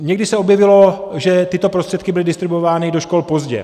Někdy se objevilo, že tyto prostředky byly distribuovány do škol pozdě.